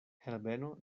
herbeno